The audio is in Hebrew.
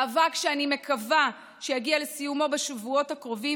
מאבק שאני מקווה שיגיע לסיומו בשבועות הקרובים,